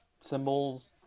symbols